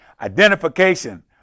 identification